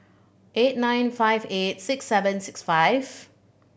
eight nine five eight six seven six five